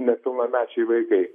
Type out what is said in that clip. nepilnamečiai vaikai